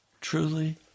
truly